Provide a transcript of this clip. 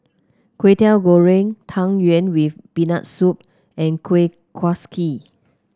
Kwetiau Goreng Tang Yuen with Peanut Soup and Kuih Kaswi